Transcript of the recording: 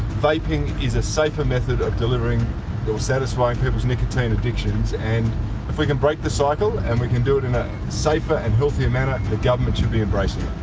vaping is a safer method of delivering or satisfying people's nicotine addictions and if we can break the cycle and we can do it in a safer and healthier manner, the government should be embracing it.